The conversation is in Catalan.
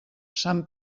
sant